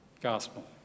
gospel